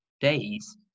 days